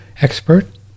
expert